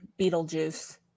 Beetlejuice